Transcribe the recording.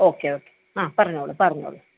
okay okay ആ പറഞ്ഞോളൂ പറഞ്ഞോളൂ